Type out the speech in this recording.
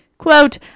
Quote